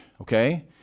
okay